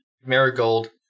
Marigold